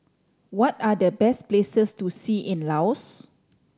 what are the best places to see in Laos